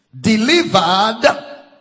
Delivered